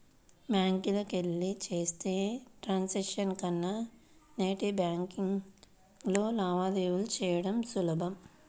బ్యాంకులకెళ్ళి చేసే ట్రాన్సాక్షన్స్ కన్నా నెట్ బ్యేన్కింగ్లో లావాదేవీలు చెయ్యడం సులభం